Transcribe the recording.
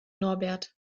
norbert